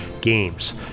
games